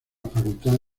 facultad